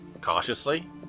cautiously